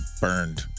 burned